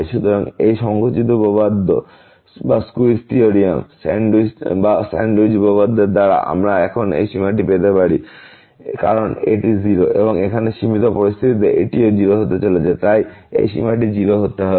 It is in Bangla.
সুতরাং এই সঙ্কুচিত উপপাদ্য বা স্যান্ডউইচ উপপাদ্যের দ্বারা আমরা এখন এই সীমাটি পেতে পারি কারণ এটি 0 এবং এখানে সীমিত পরিস্থিতিতে এটিও 0 হতে চলেছে তাই এই সীমাটি 0 হতে হবে